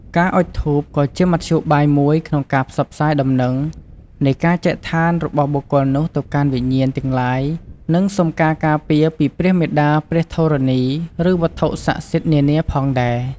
ការអុជធូប ក៏ជាមធ្យោបាយមួយក្នុងការផ្សព្វផ្សាយដំណឹងនៃការចែកឋានរបស់បុគ្គលនោះទៅកាន់វិញ្ញាណទាំងឡាយ និងសុំការការពារពីព្រះមាតាព្រះធរណី ឬវត្ថុសក្តិសិទ្ធិនានាផងដែរ។